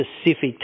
specific